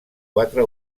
quatre